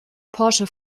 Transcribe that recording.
porsche